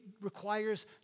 requires